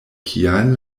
kial